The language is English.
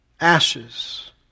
Ashes